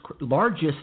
largest